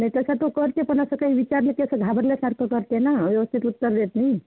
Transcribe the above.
नाही तर सगळं करते पण असं काही विचारलं की असं घाबरल्यासारखं करते ना व्यवस्थित उत्तर देत नाही